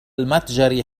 المتجر